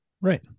right